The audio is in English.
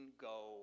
go